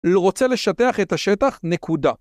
‫לא רוצה לשטח את השטח נקודה.